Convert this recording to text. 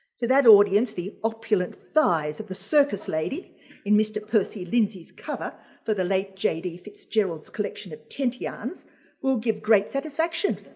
to that audience, the opulent thighs of the circus lady in mr. percy lindsay's cover for the late jd fitzgerald's collection of tent yarns will give great satisfaction.